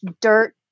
dirt